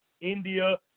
India